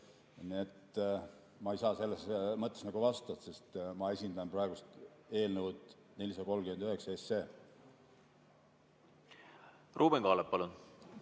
ma ei saa selles mõttes vastata, sest ma esindan praegu eelnõu 439.